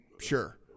sure